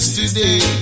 today